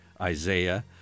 Isaiah